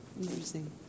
Interesting